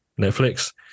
Netflix